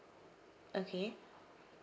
okay